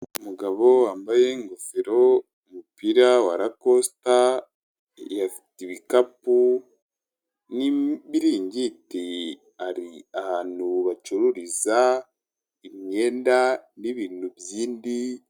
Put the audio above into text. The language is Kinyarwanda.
Umugabo wambaye ingofero, umupira wa rakosita, afite ibikapu n'ibiringiti, ari ahantu bacururiza imyenda n'ibintu bindi.